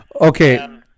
Okay